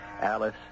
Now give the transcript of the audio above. Alice